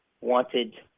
wanted